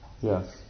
yes